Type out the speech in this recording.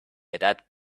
adapt